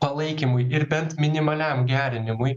palaikymui ir bent minimaliam gerinimui